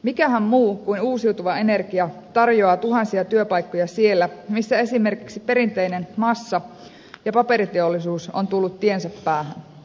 mikähän muu kuin uusiutuva energia tarjoaa tuhansia työpaikkoja siellä missä esimerkiksi perinteinen massa ja paperiteollisuus on tullut tiensä päähän